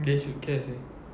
they should care seh